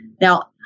Now